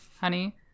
honey